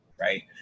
right